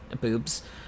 boobs